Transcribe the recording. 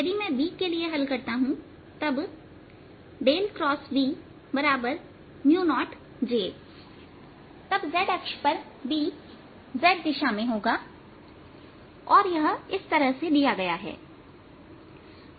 यदि मैं B के लिए हल करता हूं तब X B0j तब z अक्ष पर B z दिशा में होगा और यह इस तरह से दिया गया है